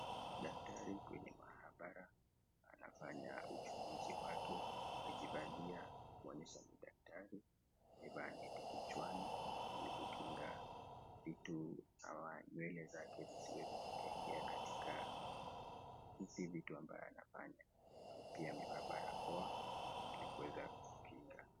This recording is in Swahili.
Daktari kwenye maabara anafanya uchunguzi wake amejivalia kuonyesha ni daktari amevaa neti kichwani ili kukinga vitu ama nywele zake zisiweze kuingia katika hizi vitu ambayo anafanya na pia amevaa barakoa ili kuweza kujikinga.